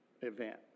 event